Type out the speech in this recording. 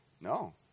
No